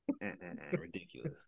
ridiculous